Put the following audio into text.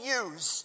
use